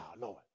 Lord